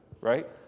right